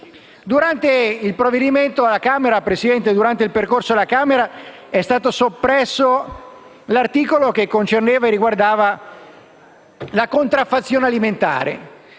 Durante il percorso alla Camera è stato soppresso l'articolo del provvedimento che riguardava la contraffazione alimentare.